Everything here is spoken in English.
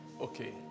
Okay